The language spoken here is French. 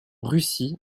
russie